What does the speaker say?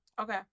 Okay